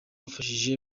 wafashije